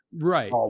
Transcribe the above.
Right